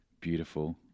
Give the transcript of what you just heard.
Beautiful